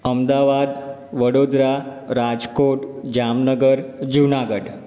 Ahmedabad Vadodara Rajkot Jamnagar Junagadh